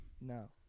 No